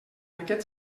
aquest